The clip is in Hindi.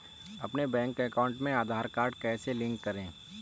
अपने बैंक अकाउंट में आधार कार्ड कैसे लिंक करें?